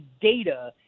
data